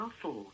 four